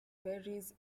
berries